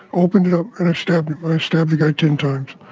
opened it up, and i stabbed him. i stabbed the guy ten times.